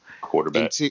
Quarterback